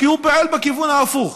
כי הוא פועל בכיוון ההפוך.